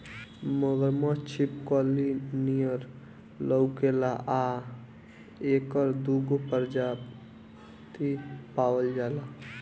मगरमच्छ छिपकली नियर लउकेला आ एकर दूगो प्रजाति पावल जाला